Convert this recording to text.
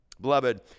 Beloved